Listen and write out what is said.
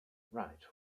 right